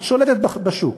את שולטת בשוק,